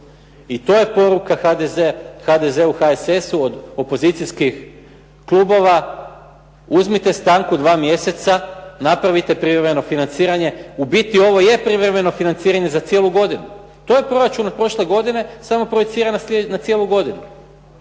I to je poruka HDZ-u, HSS-u od opozicijskih klubova, uzmite stanku 2 mjeseca, napravite privremeno financiranje. U biti ovo je privremeno financiranje za cijelu godinu. To je proračun od prošle godine, samo projicirano na cijelu godinu.